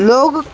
लोग